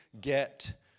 get